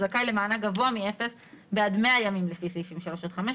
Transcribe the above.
זכאי למענק גבוה מאפס בעד 100 ימים לפי סעיפים 3 עד 5,